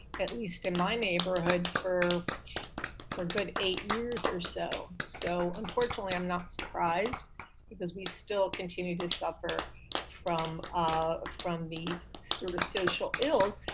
at least in my neighborhood for for good eight years or so. so unfortunately i'm not surprised because we still continue to suffer from ah from these sort of social ills.